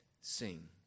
sing